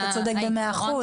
אתה צודק במאה אחוז.